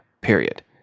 Period